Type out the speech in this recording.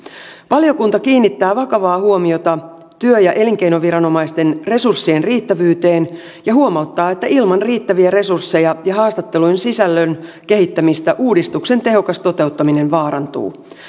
valiokunta kiinnittää vakavaa huomiota työ ja elinkeinoviranomaisten resurssien riittävyyteen ja huomauttaa että ilman riittäviä resursseja ja haastattelujen sisällön kehittämistä uudistuksen tehokas toteuttaminen vaarantuu